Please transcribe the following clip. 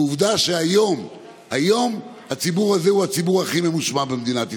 עובדה שהיום הציבור הזה הוא הציבור הכי ממושמע במדינת ישראל.